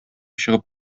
чыгып